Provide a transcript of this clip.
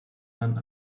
man